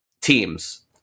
teams